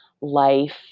life